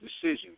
decisions